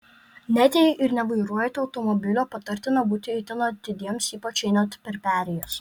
net jei ir nevairuojate automobilio patartina būti itin atidiems ypač einant per perėjas